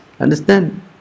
understand